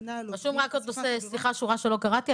עוד שורה שלא קראתי,